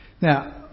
Now